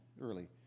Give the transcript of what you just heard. early